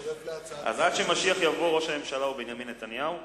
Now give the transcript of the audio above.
אז עד שמשיח יבוא ראש הממשלה הוא בנימין נתניהו.